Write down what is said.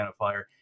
identifier